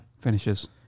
finishes